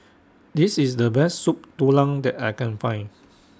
This IS The Best Soup Tulang that I Can Find